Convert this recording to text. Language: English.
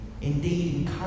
Indeed